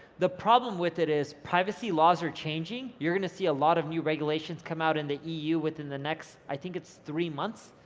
the problem with it is privacy laws are changing. you're gonna see a lot of new regulations come out in the eu within the next, i think it's three months